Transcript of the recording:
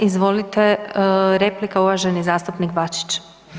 Izvolite replika uvaženi zastupnik Bačić.